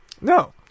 No